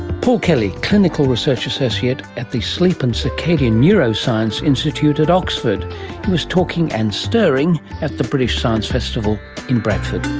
paul kelly, clinical research associate at the sleep and circadian neuroscience institute at oxford. he was talking, and stirring, at the british science festival in bradford